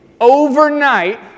overnight